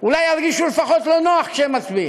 אולי ירגישו לפחות לא נוח כשהם מצביעים.